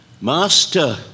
Master